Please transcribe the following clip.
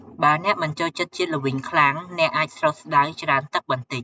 បើអ្នកមិនចូលចិត្តជាតិល្វីងខ្លាំង អ្នកអាចស្រុះស្តៅច្រើនទឹកបន្តិច។